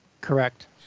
Correct